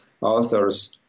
authors